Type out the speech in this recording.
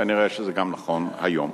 כנראה זה גם נכון היום.